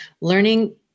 learning